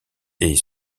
est